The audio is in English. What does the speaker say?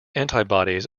antibodies